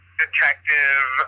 detective